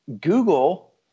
Google